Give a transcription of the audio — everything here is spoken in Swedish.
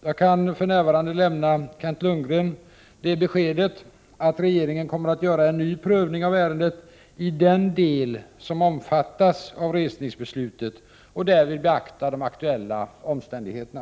Jag kan för närvarande lämna Kent Lundgren det beskedet att regeringen kommer att göra en ny prövning av ärendet i den del som omfattas av resningsbeslutet och därvid beakta de aktuella omständigheterna.